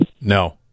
No